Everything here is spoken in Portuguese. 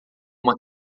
uma